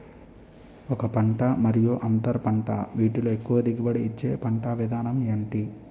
ఒక పంట మరియు అంతర పంట వీటిలో ఎక్కువ దిగుబడి ఇచ్చే పంట విధానం ఏంటి?